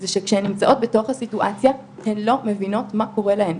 זה שכשהן נמצאות בתוך הסיטואציה הן לא מבינות מה קורה להן,